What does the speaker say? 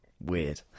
weird